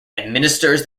administers